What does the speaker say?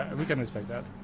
and we can expect that,